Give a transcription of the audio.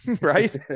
right